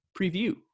preview